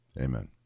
Amen